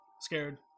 scared